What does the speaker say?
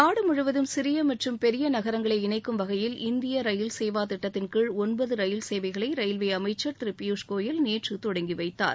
நாடு முழுவதும் சிறிய மற்றம் பெரிய நகரங்களை இணைக்கும் வகையில் இந்திய ரயில் சேவா திட்டத்தின் கீழ் ஒன்பது ரயில் சேவைகளை ரயில்வே அமைச்சர் திரு பியூஷ் கோயல் நேற்று தொடங்கி வைக்கார்